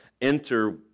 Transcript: Enter